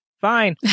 Fine